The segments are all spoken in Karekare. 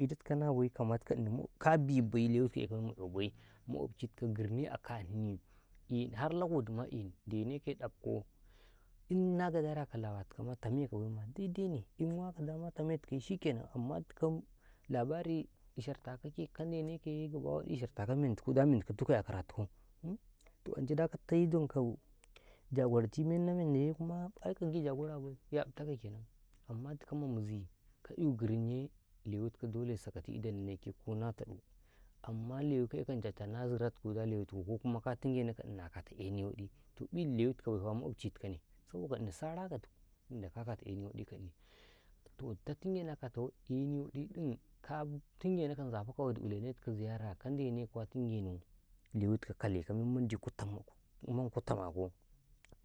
﻿idatikau nabai kamatuko inni Kabibai lewi tikaw ekaw memma ƙyawaw bai maƙofchi tikaw girni a kani har lekodima eni ndene kayye dafko inna gadaraka kalawa tikama tameka baima dai-daine inwaka ngamandi tame tikawye shikenan amma dikaw labari ishartakake ka ndenekaye dik ishartakaw mentiku da mendaw tuka gadantako 'yakara tuku umm toh ance daka tai donkaw gaɗi a don na mendawye kuma ai agi don bai ƙyabtaka kenan amma dikawma mizi kai grinye lewi tikaw dole sakati idatini naike kona tadu amma lewi ka ekawni chachaya na zirautiku da lewi tuku ko kuma ka tingenaw ka ini akataw enii waɗi toh ƃii lewi tiokaw baifa maƙochi tikawne saboka ini tsaraka dikaw tinda ka katuau eni waɗi ka ini toh ditoh tingenaw akatau eni waɗiɗin ka tingenau ka nzufetikaw wadi ilene tikaw ziyaraya ka ndenekaw kwa tingenaw lewi tuku kalekaw menandi ku tamako memandi ku tamako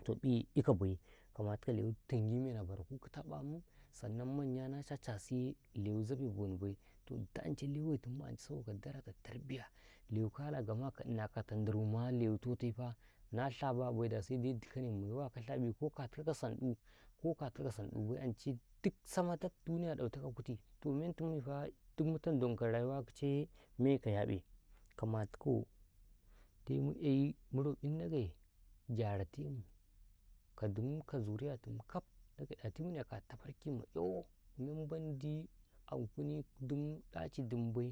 tohƃii ekaw bai kana tikaw lewi tingi menni a baraku tuka ƙam indai maiwa na chacha suye lewi zabe bohni bai toh ditoh leyetimma ancai saboka darta tarbiya lewi kala lewi tohtaifa na shababa sede dikawne ma maiwa ka shabi ko katikaw ka sanƃu ko katikaw ka sanƃu bai ance dik sarata duniya dautakaw kutu toh mentuminfa duk mutam don ka rayuiwa akiceye meka kyaƃe kama tukaw dai muƙyay mu robi Ndage jaratumu ka dumum ka zuriyatin kaf gaɗa timune a katau ndaru ma kyawo memandi antuni dimum ɗachi dumu bai.